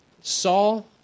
Saul